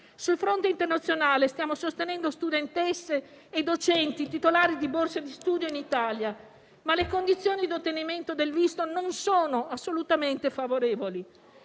Sul fronte internazionale stiamo sostenendo studentesse e docenti titolari di borse di studio in Italia, ma le condizioni di ottenimento del visto non sono assolutamente favorevoli.